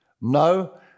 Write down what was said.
No